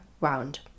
round